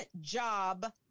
job